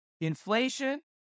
inflation